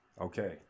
Okay